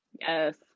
Yes